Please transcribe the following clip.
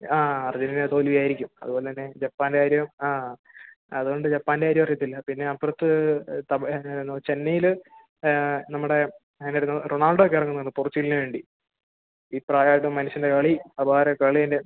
ആ അർജൻറ്റീന തോൽവിയായിരിക്കും അതുപോലെത്തന്നെ ജപ്പാൻ്റെ കാര്യവും ആ അത്കൊണ്ട് ജപ്പാൻ്റെ കാര്യവും അറിയത്തില്ല പിന്നെ അപ്പുറത്ത് തമിഴ് എന്നായിരുന്നു ചെന്നൈയിൽ നമ്മുടെ എന്നായിരുന്നു റൊണാൾഡോ ഒക്കെ ഇറങ്ങുന്നുണ്ട് പോർച്ചുഗൽന് വേണ്ടി ഈ പ്രായമായിട്ടും മനുഷ്യൻ്റെ കളി അപാര കളി തന്നെ